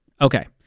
Okay